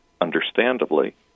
understandably